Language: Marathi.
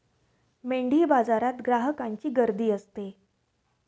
मेंढीबाजारात ग्राहकांची गर्दी असते